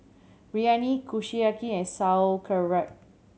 Biryani Kushiyaki and Sauerkraut